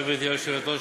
גברתי היושבת-ראש,